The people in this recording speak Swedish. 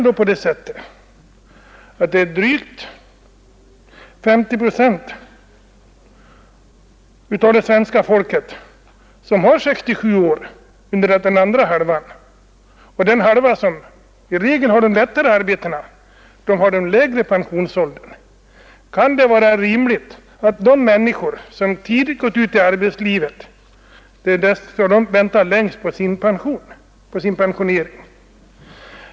I dag har drygt 50 procent av svenska folket 67 år som pensionsålder under det att den andra hälften — i regel med de bättre arbetena — har den lägre pensionsåldern. Kan det vara rimligt att de människor som tidigt gått ut i arbetslivet skall vänta längst på sin pensionering?